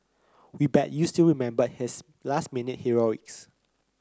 we bet you still remember his last minute heroics